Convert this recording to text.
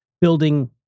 building